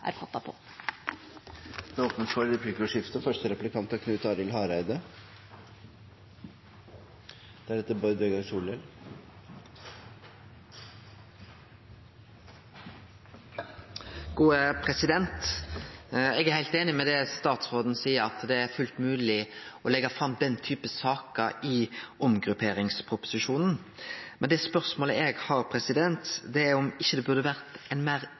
fattet på. Det åpnes for replikkordskifte. Eg er heilt einig i det statsråden seier om at det er fullt mogleg å leggje fram den typen saker i omgrupperingsproposisjonen. Men det spørsmålet eg har, er om det ikkje burde